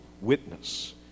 witness